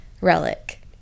relic